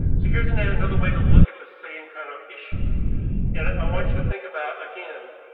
so here's another another way to look at the same kind of issue and i want you to think about again.